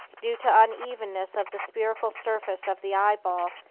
due to unevenness of the spherical surface of the eyeball,